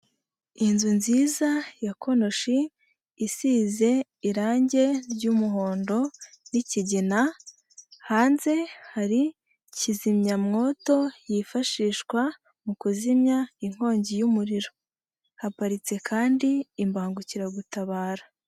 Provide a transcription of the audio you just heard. Inzu nziza ya konoshi, isize irangi ry'umuhondo n'ikigina, hanze hari kizimyamwoto yifashishwa mu kuzimya inkongi y'umuriro, haparitse kandi imbangukiragutabara.